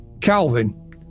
Calvin